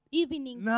evening